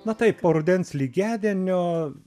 na taip po rudens lygiadienio